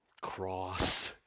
cross